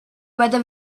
whether